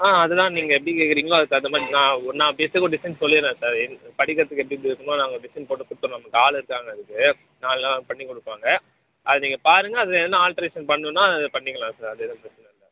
ஆ அதுதான் நீங்கள் எப்படி கேட்குறீங்களா அதுக்குத் தகுந்த மாதிரி நான் நான் பெஸ்ட்டு ஒரு டிசைன் சொல்லிறேன் சார் இந்த படிக்கட்டுக்கு எப்படி எப்படி இருக்கணுமோ நாங்கள் டிசைன் போட்டுக் கொடுத்துறோம் நமக்கு ஆள் இருக்காங்க அதுக்கு நாலு நாளில் அது பண்ணிக் கொடுப்பாங்க அது நீங்கள் பாருங்க அதில் என்ன ஆல்ட்ரேஷன் பண்ணுன்னா அது பண்ணிக்கலாம் சார் அது எதுவும் பிரச்சின இல்லை